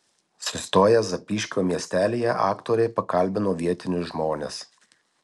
sustoję zapyškio miestelyje aktoriai pakalbino vietinius žmones